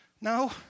no